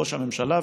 ראש הממשלה,